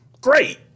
Great